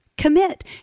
commit